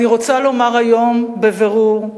אני רוצה לומר היום בבירור: